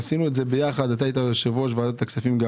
עשינו את זה ביחד כשאתה היית יושב ראש ועדת הכספים.